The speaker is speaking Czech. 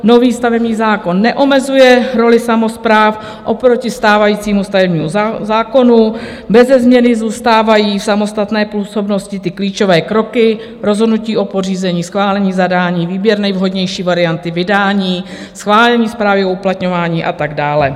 Nový stavební zákon neomezuje roli samospráv oproti stávajícímu stavebnímu zákonu, beze změny zůstávají v samostatné působnosti ty klíčové kroky rozhodnutí o pořízení, schválení zadání, výběr nejvhodnější varianty, vydání, schválení zprávy o uplatňování a tak dále.